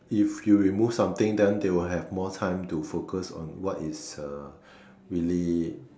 if you remove something then they will have more time to focus on what is uh really